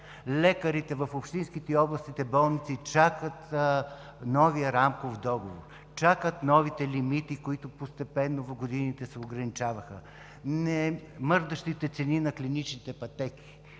лекарите в общинските и областните болници чакат новия Рамков договор. Чакат новите лимити, които постепенно в годините се ограничаваха. Немърдащите цени на клиничните пътеки.